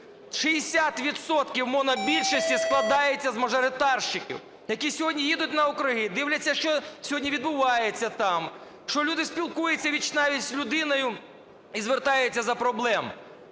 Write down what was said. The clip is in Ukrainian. монобільшості складається з мажоритарщиків, які сьогодні їдуть на округи, дивляться, що сьогодні відбувається там, що люди спілкуються віч-на-віч з людиною і звертаються з-за проблем.